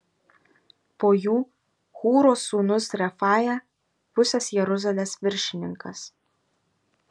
po jų hūro sūnus refaja pusės jeruzalės viršininkas